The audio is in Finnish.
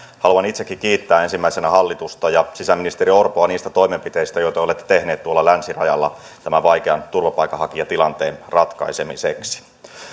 haluan itsekin kiittää ensimmäisenä hallitusta ja sisäministeri orpoa niistä toimenpiteistä joita olette tehneet länsirajalla tämän vaikean turvapaikanhakijatilanteen ratkaisemiseksi